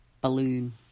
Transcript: balloon